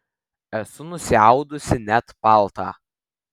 esu nusiaudusi net paltą